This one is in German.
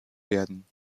werden